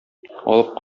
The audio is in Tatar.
алып